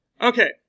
Okay